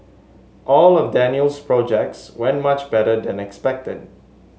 all of Daniel's projects went much better than expected